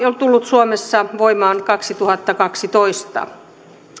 on tullut suomessa voimaan kaksituhattakaksitoista